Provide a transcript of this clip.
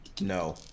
No